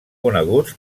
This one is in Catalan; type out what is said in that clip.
coneguts